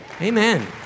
Amen